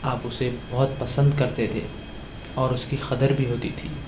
آپ اسے بہت پسند کرتے تھے اور اس کی قدر بھی ہوتی تھی